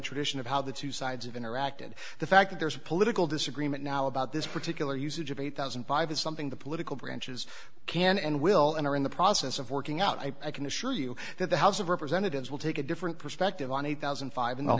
tradition of how the two sides have interacted the fact that there's a political disagreement now about this particular usage of eight thousand and five it's something the political branches can and will enter in the process of working out i can assure you that the house of representatives will take a different perspective on eight thousand and five in the